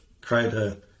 create